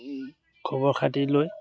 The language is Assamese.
খবৰ খতি লৈ